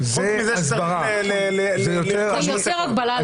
חוץ מזה שצריך לרכוש אותן.